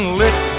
lit